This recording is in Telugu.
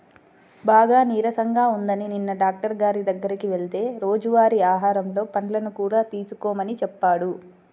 బాగా నీరసంగా ఉందని నిన్న డాక్టరు గారి దగ్గరికి వెళ్తే రోజువారీ ఆహారంలో పండ్లను కూడా తీసుకోమని చెప్పాడు